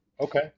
Okay